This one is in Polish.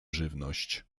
żywność